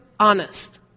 honest